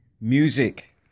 Music